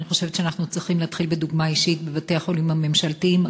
אני חושבת שאנחנו צריכים להתחיל בדוגמה אישית בבתי-החולים הממשלתיים.